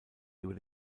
über